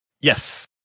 Yes